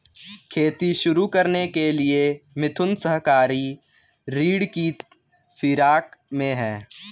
खेती शुरू करने के लिए मिथुन सहकारी ऋण की फिराक में है